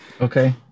okay